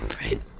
Right